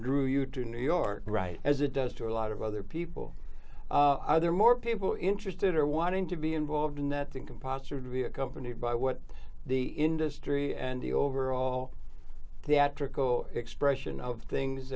drew you to new york right as it does to a lot of other people are there more people interested or wanting to be involved in that than can posture to be accompanied by what the industry and and the overall the at trick or expression of things